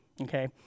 okay